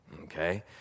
Okay